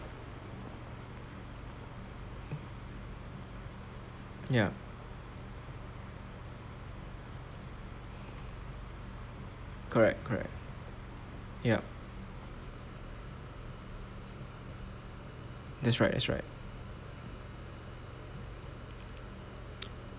ya correct correct yup that's right that's right